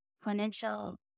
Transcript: financial